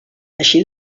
així